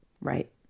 Right